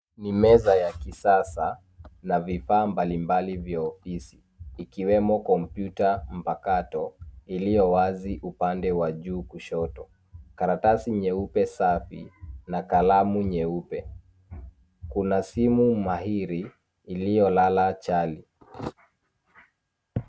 Ni meza ya kisasa na vifaa mbalimbali vya ofisi ikiwemo kompyuta mpakato iliyo wazi upande wa juu kushoto, karatasi nyeupe safi na kalamu nyeupe. Kuna simu mahiri iliyolala chali